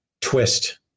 twist